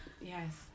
Yes